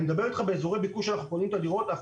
אני מדבר איתך על זה שאנחנו קונים את הדירות באזורי ביקוש.